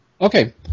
Okay